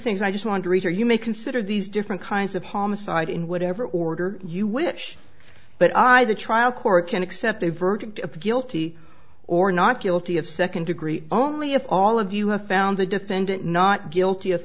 things i just wonder either you may consider these different kinds of homicide in whatever order you wish but i the trial court can accept a verdict of guilty or not guilty of second degree only if all of you have found the defendant not guilty of